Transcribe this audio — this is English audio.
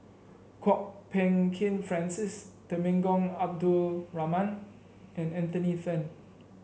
Kwok Peng Kin Francis Temenggong Abdul Rahman and Anthony Then